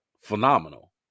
phenomenal